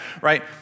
right